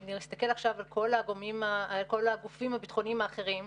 אם נסתכל עכשיו על כל הגופים הביטחוניים האחרים,